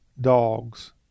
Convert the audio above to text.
dogs